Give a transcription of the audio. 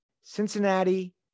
Cincinnati